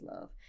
Love